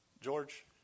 George